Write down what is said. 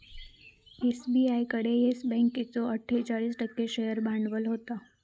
SBI कडे Yes बँकेचो अट्ठोचाळीस टक्को शेअर भांडवल होता